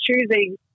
choosing